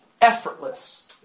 effortless